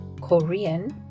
Korean